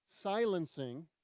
silencing